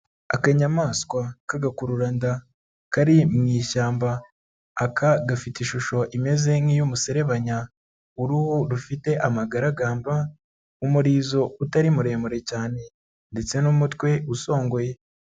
Akanyamaswa k'agakururanda kari mu ishyamba, aka gafite ishusho imeze nk'iy'umuserebanya, uruhu rufite amagaragamba, umurizo utari muremure cyane ndetse n'umutwe usongoye.